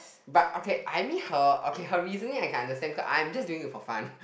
but okay I mean her okay her reasoning I can understand k~ I'm just doing it for fun